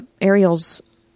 Ariel's